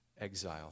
exile